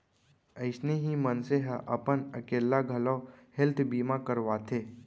अइसने ही मनसे ह अपन अकेल्ला घलौ हेल्थ बीमा करवाथे